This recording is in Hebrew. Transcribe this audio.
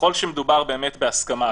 ככל שמדובר באמת בהסכמה,